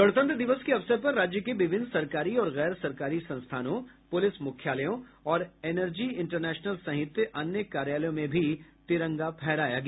गणतंत्र दिवस के अवसर पर राज्य के विभिन्न सरकारी और गैर सरकारी संस्थानों पुलिस मुख्यालयों और इनर्जी इंटरनेशनल सहित अन्य कार्यालयों में भी तिरंगा फहराया गया